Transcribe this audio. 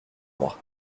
moi